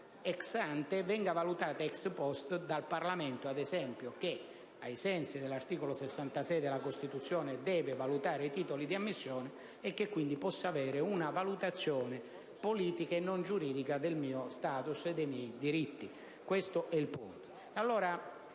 *ex ante*, venga valutata *ex post* dal Parlamento che, ai sensi dell'articolo 66 della Costituzione, deve valutare i titoli di ammissione dei suoi componenti, e che quindi io possa avere una valutazione politica e non giuridica del mio *status* e dei miei diritti. Questo è il punto.